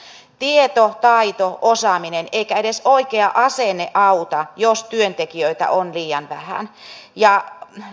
eivät tieto taito osaaminen eikä edes oikea asenne auta jos työntekijöitä on liian vähän